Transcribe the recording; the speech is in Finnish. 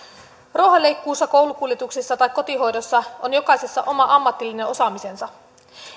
ruohonleikkuussa koulukuljetuksissa tai kotihoidossa on jokaisessa oma ammatillinen osaamisensa